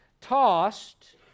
tossed